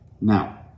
Now